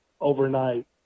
overnight